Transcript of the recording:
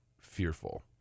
fearful